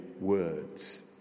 words